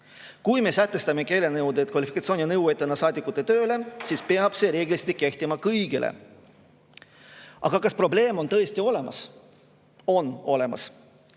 Kui me sätestame keelenõuded kvalifikatsiooninõuetena saadikute tööle, siis peab see reeglistik kehtima kõigile. Aga kas probleem on tõesti olemas? On olemas.